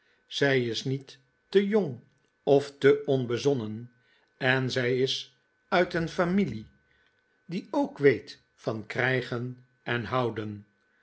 zij is niet te jong of te onbezonnen en zij is uit een familie die ook weet van krijgen en houden